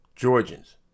Georgians